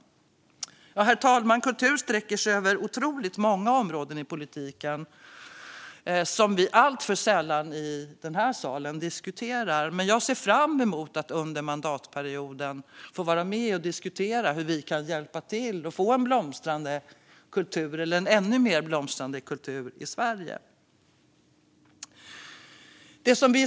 Herr talman! Kultur sträcker sig över otroligt många områden i politiken, som vi alltför sällan diskuterar i den här salen. Jag ser fram emot att under mandatperioden få vara med och diskutera hur vi kan hjälpa till att få en ännu mer blomstrande kultur i Sverige.